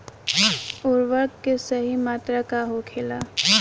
उर्वरक के सही मात्रा का होखे?